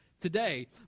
today